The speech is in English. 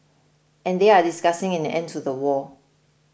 and they are discussing an end to the war